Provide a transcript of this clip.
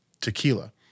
tequila